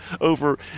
over